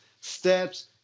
steps